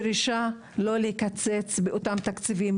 דרישה לא לקצץ באותם תקציבים,